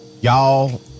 y'all